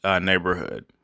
neighborhood